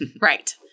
right